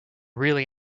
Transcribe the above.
really